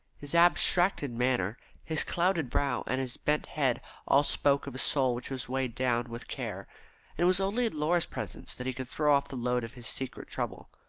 his abstracted manner, his clouded brow, and his bent head all spoke of a soul which was weighed down with care, and it was only in laura's presence that he could throw off the load of his secret trouble.